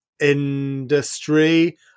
industry